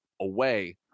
away